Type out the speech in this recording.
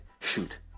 shoot